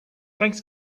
thanks